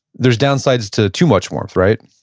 there's downsides to too much warmth, right?